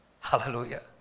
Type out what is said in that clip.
Hallelujah